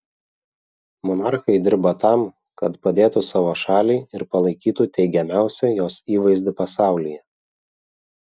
monarchai dirba tam kad padėtų savo šaliai ir palaikytų teigiamiausią jos įvaizdį pasaulyje